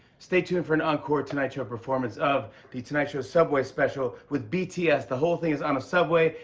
stay tuned for an encore tonight show performance of the tonight show subway special with bts. the whole thing is on a subway,